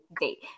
date